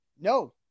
No